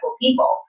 people